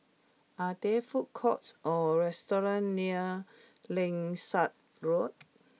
are there food courts or restaurants near Langsat Road